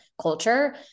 culture